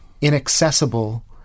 inaccessible